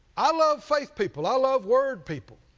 i love faith people, i love word people,